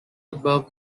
above